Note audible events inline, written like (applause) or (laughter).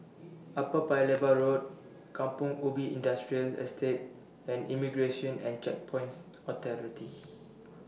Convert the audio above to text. Upper Paya Lebar Road Kampong Ubi Industrial Estate and Immigration and Checkpoints Authority (noise)